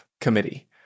committee